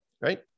right